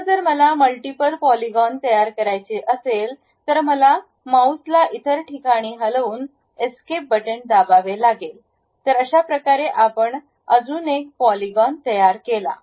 आता जर मला मल्टिपल पॉलीगोन तयार करायचे असेल तर मला माउस ला इतर ठिकाणी हलवून एस्केप बटण दाबावे लागेल तर अशाप्रकारे आपण अजून एक पॉलीगोन तयार केला